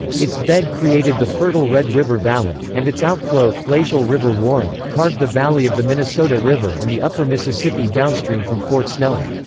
its bed created the fertile red river valley, and its outflow, glacial river warren, carved the valley of the minnesota river and the upper mississippi downstream from fort snelling.